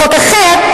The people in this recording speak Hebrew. בחוק אחר,